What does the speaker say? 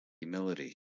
humility